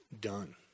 done